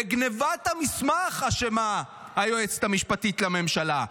בגנבת המסמך אשמה היועצת המשפטית לממשלה.